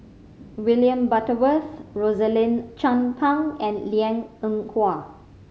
William Butterworth Rosaline Chan Pang and Liang Eng Hwa